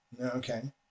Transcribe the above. Okay